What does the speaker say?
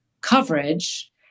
coverage